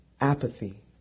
Apathy